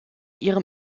ihrem